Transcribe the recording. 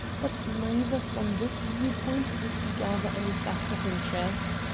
but neither from this view-point did he gather any fact of interest.